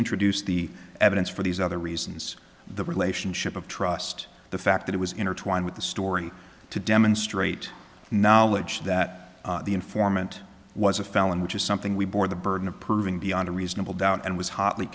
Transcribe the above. introduce the evidence for these other reasons the relationship of trust the fact that it was intertwined with the story to demonstrate knowledge that the informant was a felon which is something we bore the burden of proving beyond a reasonable doubt and was hotly